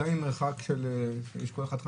גם אם יש חמישה מ' מרחק בין כל אחד?